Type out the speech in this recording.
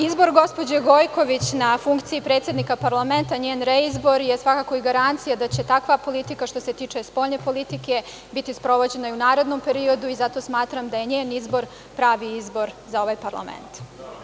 Izbor gospođe Gojković na funkciji predsednika parlamenta, njen reizbor, je svakako i garancija da će takva politika što se tiče spoljne politike biti sprovođena i u narednom periodu i zato smatram da je njen izbor pravi izbor za ovaj parlament.